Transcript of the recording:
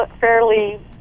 fairly